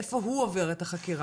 איפה הוא עובר את החקירה?